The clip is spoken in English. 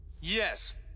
yes